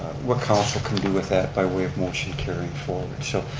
what council can do with that by way of motion carrying forward. so,